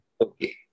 Okay